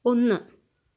ഒന്ന്